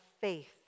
faith